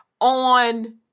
on